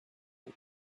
and